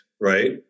right